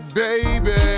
baby